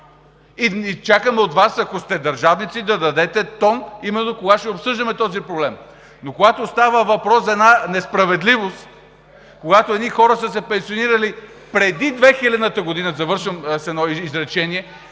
Чакаме от Вас, ако сте държавници, да дадете тон – кога ще обсъждаме този проблем! Но когато става въпрос за една несправедливост (реплики от ГЕРБ), когато едни хора са се пенсионирали преди 2000 г., завършвам с едно изречение,